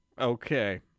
Okay